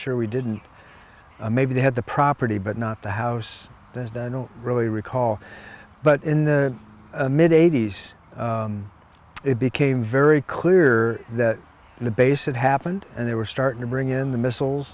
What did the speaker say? sure we didn't maybe they had the property but not the house as don't really recall but in the mid eighty's it became very clear that the base had happened and they were starting to bring in the missiles